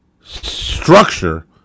structure